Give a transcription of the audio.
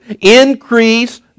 Increase